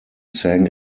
sang